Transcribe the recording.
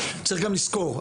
צריך גם לזכור,